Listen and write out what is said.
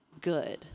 good